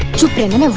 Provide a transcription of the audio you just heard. to pay them